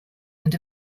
and